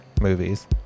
movies